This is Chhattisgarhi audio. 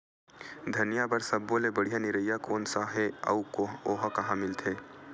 धनिया बर सब्बो ले बढ़िया निरैया कोन सा हे आऊ ओहा कहां मिलथे?